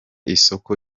isoko